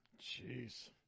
Jeez